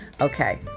Okay